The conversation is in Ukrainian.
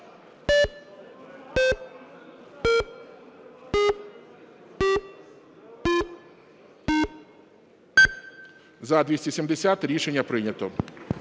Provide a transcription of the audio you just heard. За-270 Рішення прийнято.